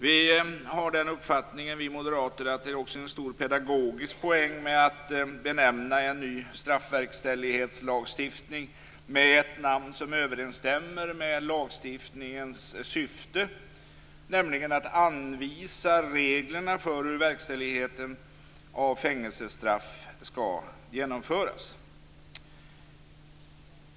Vi moderater har också den uppfattningen att det är en stor pedagogisk poäng med att benämna en ny straffverkställighetslagstiftning med ett namn som överensstämmer med lagstiftningens syfte, nämligen att anvisa reglerna för hur verkställigheten av fängelsestraff skall genomföras.